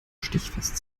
stichfest